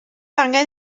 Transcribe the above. angen